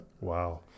Wow